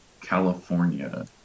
California